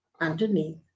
underneath